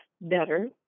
better